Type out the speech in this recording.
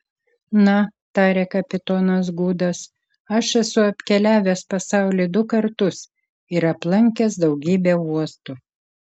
na tarė kapitonas gudas aš esu apkeliavęs pasaulį du kartus ir aplankęs daugybę uostų